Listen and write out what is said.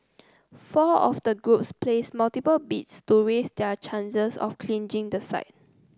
four of the groups placed multiple bids to raise their chances of clinching the site